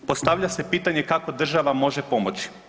Postavlja se pitanje kako država može pomoći?